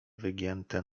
wygięte